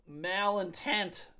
malintent